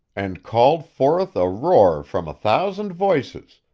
and called forth a roar from a thousand voices,